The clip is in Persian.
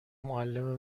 معلم